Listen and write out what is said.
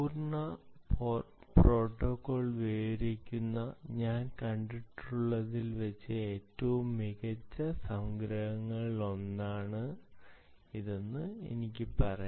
പൂർണ്ണ പ്രോട്ടോക്കോൾ വിവരിക്കുന്ന ഞാൻ കണ്ടിട്ടുള്ളതിൽ വച്ച് ഏറ്റവും മികച്ച സംഗ്രഹങ്ങളിലൊന്ന് ആണെന്ന് ഞാൻ പറയും